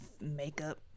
makeup